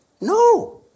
no